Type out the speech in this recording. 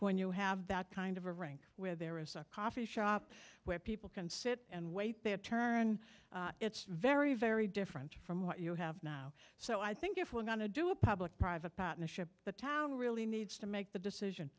when you have that kind of a rink where there is a coffee shop where people can sit and wait their turn it's very very different from what you have now so i think if we're going to do a public private partnership the town really needs to make the decision